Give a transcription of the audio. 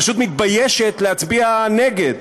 פשוט מתביישת להצביע נגד.